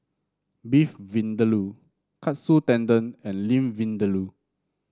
Beef Vindaloo Katsu Tendon and Limb Vindaloo